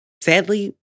Sadly